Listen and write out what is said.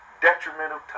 detrimental